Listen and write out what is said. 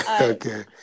Okay